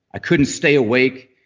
i couldn't stay awake.